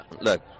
look